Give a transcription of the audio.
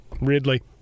ridley